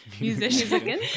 musician